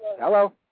Hello